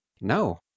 no